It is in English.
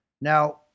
Now